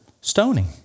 Stoning